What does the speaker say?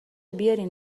بیارین